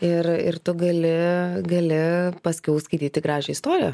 ir ir tu gali gali paskiau skaityti gražią istoriją